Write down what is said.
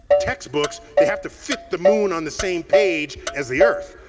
textbooks, they have to fit the moon on the same page as the earth.